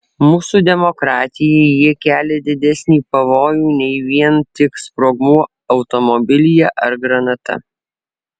mūsų demokratijai jie kelia didesnį pavojų nei vien tik sprogmuo automobilyje ar granata